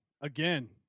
again